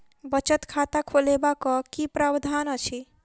बचत खाता खोलेबाक की प्रावधान अछि?